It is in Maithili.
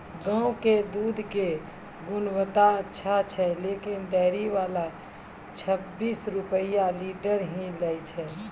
गांव के दूध के गुणवत्ता अच्छा छै लेकिन डेयरी वाला छब्बीस रुपिया लीटर ही लेय छै?